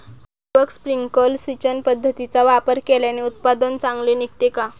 ठिबक, स्प्रिंकल सिंचन पद्धतीचा वापर केल्याने उत्पादन चांगले निघते का?